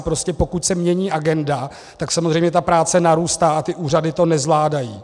Prostě pokud se mění agenda, tak samozřejmě práce narůstá a ty úřady to nezvládají.